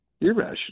irrational